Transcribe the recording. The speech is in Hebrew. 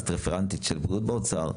אז את רפרנטית של בריאות באוצר,